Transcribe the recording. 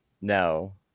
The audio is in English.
no